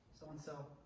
so-and-so